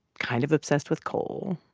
kind of obsessed with coal.